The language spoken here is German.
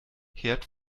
herd